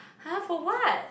!huh! for what